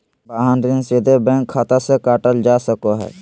वाहन ऋण सीधे बैंक खाता से काटल जा सको हय